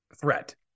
threat